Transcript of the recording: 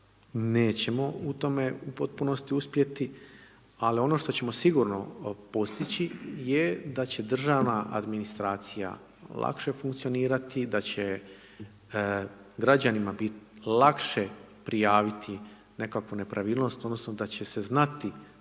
nećemo u tome u potpunosti uspjeti, ali ono što ćemo sigurno postići je da će državna administracija lakše funkcionirati, da će građanima biti lakše prijaviti nekakvu nepravilnost odnosno da će se znati